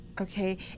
okay